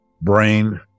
brain